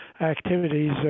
activities